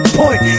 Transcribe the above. point